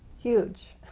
huge.